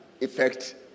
effect